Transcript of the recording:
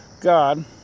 God